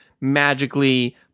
magically